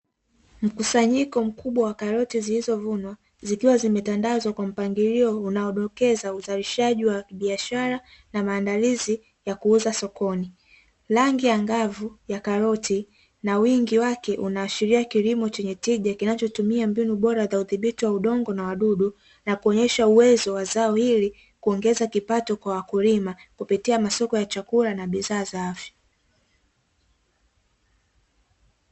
Mkusanyiko mkubwa wa karoti zilizovunwa zikiwa zimetandazwa kwa mpangilio unaodokeza uzalishaji wa biashara na maandalizi ya kuuza sokoni, rangi ya ngavu ya karoti na wingi wake unaashiria kilimo chenye tija kinachotumia mbinu bora za udhibiti wa udongo na wadudu na kuonyesha uwezo wa zao hili kuongeza kipato kwa wakulima kupitia masoko ya chakula na bidhaa za afya.